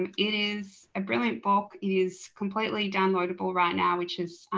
and it is a brilliant book, is completely downloadable right now which is